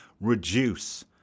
reduce